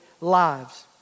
lives